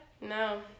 No